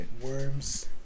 Worms